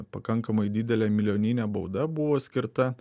pakankamai didelė milijoninė bauda buvo skirta